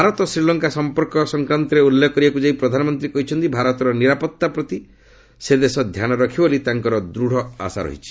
ଭାରତ ଶ୍ରୀଲଙ୍କା ସଂପର୍କ ସଂକ୍ରାନ୍ତରେ ଉଲ୍ଲେଖ କରିବାକୁ ଯାଇ ପ୍ରଧାନମନ୍ତ୍ରୀ କହିଛନ୍ତି ଭାରତର ନିରାପତ୍ତା ପ୍ରତି ସେ ଦେଶ ଧ୍ୟାନ ରଖିବ ବୋଲି ତାଙ୍କର ଦୃଢ଼ ଆଶା ରହିଛି